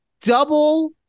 double